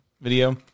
video